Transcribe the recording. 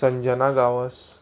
Sanjana Gawas